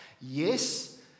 Yes